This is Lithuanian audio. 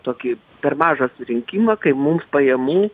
tokį per mažą rinkimą kai mums pajamų